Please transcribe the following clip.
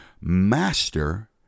Master